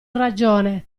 ragione